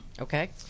Okay